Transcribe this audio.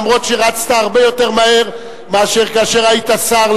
אף-על-פי שרצת הרבה יותר מהר להצביע מאשר כאשר היית שר,